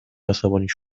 عصبانیش